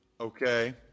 okay